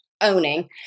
owning